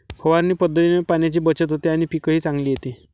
फवारणी पद्धतीने पाण्याची बचत होते आणि पीकही चांगले येते